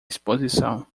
exposição